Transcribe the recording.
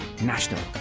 national